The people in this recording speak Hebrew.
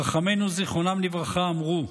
חכמינו זיכרונם לברכה אמרו: